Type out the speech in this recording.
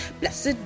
Blessed